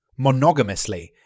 Monogamously